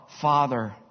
Father